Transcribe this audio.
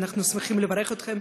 אנחנו שמחים לברך אתכם,